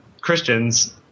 Christians